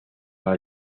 con